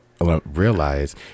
realize